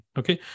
okay